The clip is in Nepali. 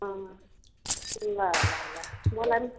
अँ ल ल ल मलाई पनि